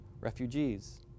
refugees